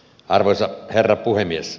arvoisa herra puhemies